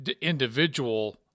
individual